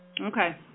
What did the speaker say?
Okay